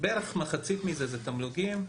בערך מחצית מזה זה תמלוגים,